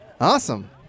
Awesome